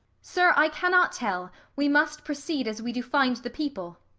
sir, i cannot tell we must proceed as we do find the people.